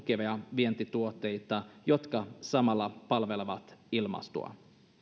vientituotteita jotka samalla palvelevat ilmastoa